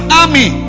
army